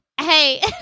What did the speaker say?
hey